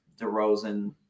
DeRozan